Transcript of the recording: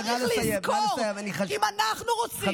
אבל צריך לזכור: אם אנחנו רוצים שמדינה תימנע,